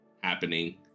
happening